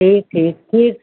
ठीक ठीक ठीक